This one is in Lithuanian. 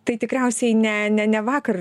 tai tikriausiai ne ne ne vakar